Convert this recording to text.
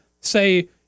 say